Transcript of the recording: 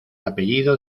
apellido